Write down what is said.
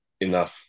enough